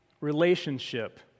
relationship